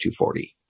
240